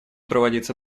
проводиться